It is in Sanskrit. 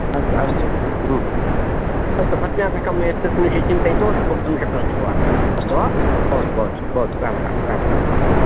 अस्तु अस्तु अस्तु पत्न्या साकं एतस्मिन्विषये चिन्तयित्वा वक्तुं शक्नुवन्ति भवान् अस्तु वा भवतु भवतु भततु राम् राम् राम् राम्